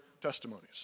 testimonies